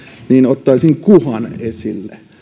ottaisin kuhan esille